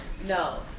No